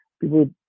people